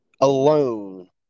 alone